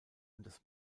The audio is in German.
das